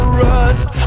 rust